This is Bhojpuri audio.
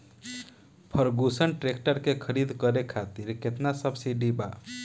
फर्गुसन ट्रैक्टर के खरीद करे खातिर केतना सब्सिडी बा?